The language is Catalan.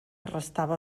restava